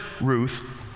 Ruth